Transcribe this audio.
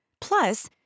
Plus